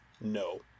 No